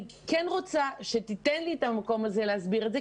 אני כן רוצה שתיתן לי את הזמן להסביר את זה,